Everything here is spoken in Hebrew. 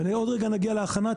ועוד רגע נגיע להכנה.